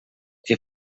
que